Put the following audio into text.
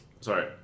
Sorry